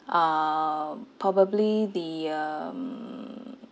um probably the um